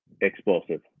explosive